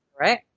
right